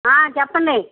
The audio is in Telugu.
చెప్పండి